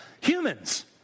Humans